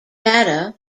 data